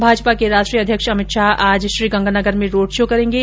भाजपा के राष्ट्रीय अध्यक्ष अमित शाह आज श्री गंगानगर में रोड शो करेंगे